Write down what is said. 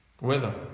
weather